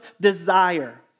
desire